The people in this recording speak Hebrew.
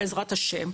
ובעזרת השם,